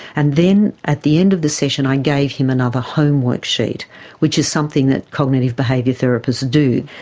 and then at the end of the session i gave him another homework sheet which is something that cognitive behaviour therapists do.